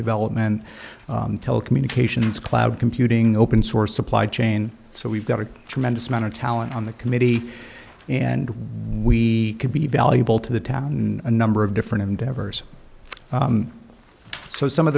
development telecommunications cloud computing open source supply chain so we've got a tremendous amount of talent on the committee and what we could be valuable to the town in a number of different endeavors so some of